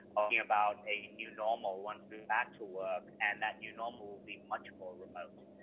thinking about a new normal once we're back to work, and that new normal will be much more remote.